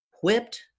whipped